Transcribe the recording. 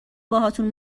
باهاتون